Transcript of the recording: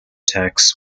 tax